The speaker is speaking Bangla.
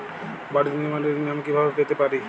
বাড়ি নির্মাণের ঋণ আমি কিভাবে পেতে পারি?